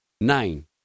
Nine